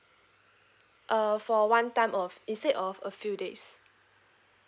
uh for one time off instead of a few days